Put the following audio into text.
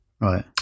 Right